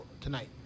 tonight